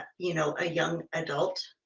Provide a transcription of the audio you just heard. ah you know, a young adult